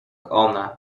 one